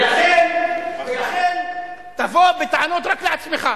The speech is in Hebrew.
ולכן, ולכן, תבוא בטענות רק לעצמך.